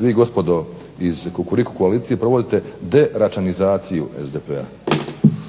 vi gospodo iz Kukuriku koalicije provodite deračanizaciju SDP-a.